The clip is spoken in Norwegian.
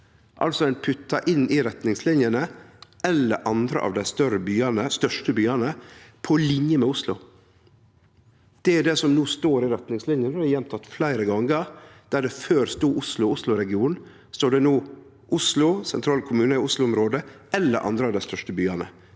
altså inn i retningslinene «eller andre av dei største byane», på line med Oslo. Det er det som no står i retningslinene, og som er gjenteke fleire gonger. Der det før stod «Oslo og Oslo-området», står i no «Oslo, sentrale kommunar i Oslo-området eller andre av dei største byane»,